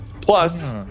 Plus